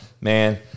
man